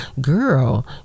girl